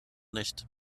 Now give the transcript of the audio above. nicht